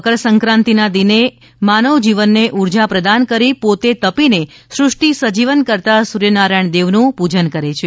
મકરસંક્રાંતિના દિને માનવ જીવનને ઉર્જા પ્રદાન કરી પોતે તપીને સૃષ્ટિ સજીવન કરતા સૂર્ય નારાયણ દેવનું પુજન કરે છે